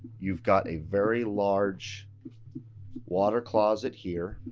you've got a very large water closet here.